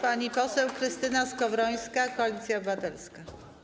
Pani poseł Krystyna Skowrońska, Koalicja Obywatelska.